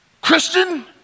Christian